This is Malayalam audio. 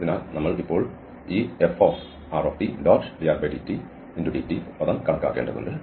അതിനാൽ നമ്മൾ ഇപ്പോൾ ഈ Frtdrdtdt പദം കണക്കാക്കേണ്ടതുണ്ട്